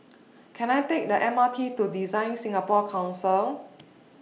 Can I Take The M R T to DesignSingapore Council